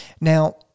Now